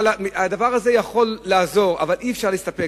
הדבר הזה יכול לעזור, אבל אי-אפשר להסתפק.